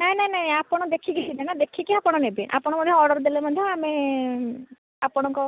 ନାହିଁ ନାହିଁ ନାହିଁ ଆପଣ ଦେଖିକି ନେବେ ଦେଖିକି ଆପଣ ନେବେ ଆପଣଙ୍କର ଅର୍ଡ଼ର ଦେଲେ ମଧ୍ୟ ଆମେ ଆପଣଙ୍କ